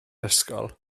ysgol